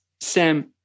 Sam